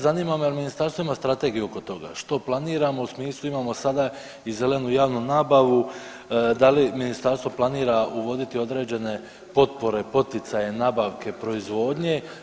Zanima me jel ministarstvo ima strategiju oko toga, što planiramo u smislu imamo sada i zelenu javnu nabavu, da li ministarstvo planira uvoditi određene potpore, poticaje, nabavke proizvodnje?